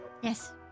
Yes